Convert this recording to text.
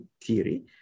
theory